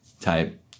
type